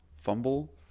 fumble